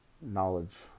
knowledge